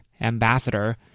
ambassador